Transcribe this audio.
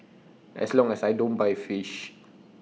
as long as I don't buy fish